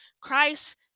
Christ